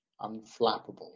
unflappable